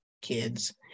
kids